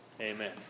Amen